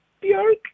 Bjork